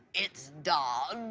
it's dad.